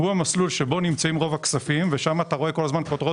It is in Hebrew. הוא המסלול שבו נמצאים רוב הכספים ושם רואים כל הזמן כותרות